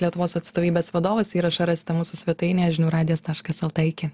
lietuvos atstovybės vadovas įrašą rasite mūsų svetainėje žinių radijas taškas lt iki